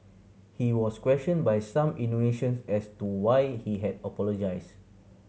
he was questioned by some Indonesians as to why he had apologised